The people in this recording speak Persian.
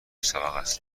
سابقست